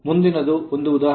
ಮುಂದಿನದು ಒಂದು ಉದಾಹರಣೆ